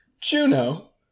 Juno